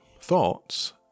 Thoughts